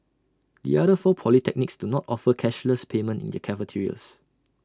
the other four polytechnics do not offer cashless payment in their cafeterias